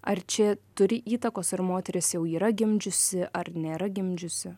ar čia turi įtakos ar moteris jau yra gimdžiusi ar nėra gimdžiusi